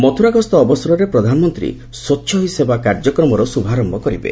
ମଥୁରା ଗସ୍ତ ଅବସରରେ ପ୍ରଧାନମନ୍ତ୍ରୀ ସ୍ୱଚ୍ଛ ହି ସେବା କାର୍ଯ୍ୟକ୍ରମର ଶୁଭାରମ୍ଭ କରିବେ